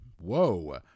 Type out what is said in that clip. Whoa